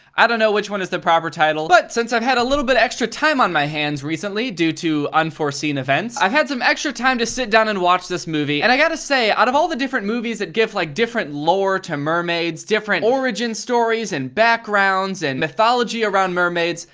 i don't know which one is the proper title but since i've had a little bit of extra time on my hands recently, due to unforeseen events i've had some extra time to sit down and watch this movie, and i got to say, out of all the different movies that give like different lore to mermaids, different origin stories and backgrounds and mythology around mermaids,